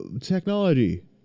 Technology